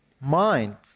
mind